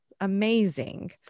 amazing